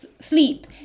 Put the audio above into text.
sleep